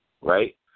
right